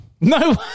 No